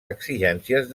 exigències